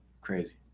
crazy